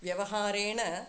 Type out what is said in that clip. व्यवहारेण